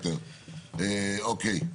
תודה רבה.